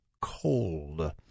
cold